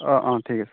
অঁ অঁ ঠিক আছে